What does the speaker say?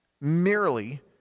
merely